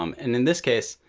um and in this case,